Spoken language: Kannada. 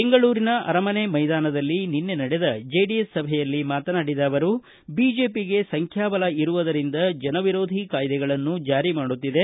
ಬೆಂಗಳೂರಿನ ಅರಮನೆ ಮೈದಾನದಲ್ಲಿ ನಿನ್ನೆ ನಡೆದ ಜೆಡಿಎಸ್ ಸಭೆಯಲ್ಲಿ ಮಾತನಾಡಿದ ಅವರು ಬಿಜೆಪಿಗೆ ಸಂಖ್ಯಾಬಲ ಇರುವದರಿಂದ ಜನವಿರೋಧಿ ಕಾಯ್ದೆಗಳನ್ನ ಚಾರಿ ಮಾಡುತ್ತಿದೆ